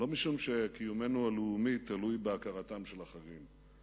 לא משום שקיומנו הלאומי תלוי בהכרתם של אחרים.